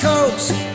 Coast